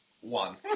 one